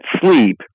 sleep